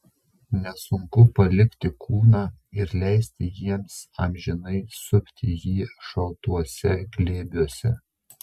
nesunku palikti kūną ir leisti jiems amžinai supti jį šaltuose glėbiuose